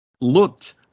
looked